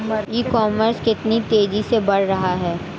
ई commerce कितनी तेजी से बढ़ रहा है?